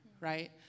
Right